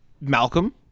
Malcolm